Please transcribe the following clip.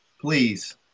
please